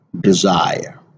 desire